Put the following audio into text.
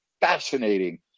fascinating